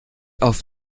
auf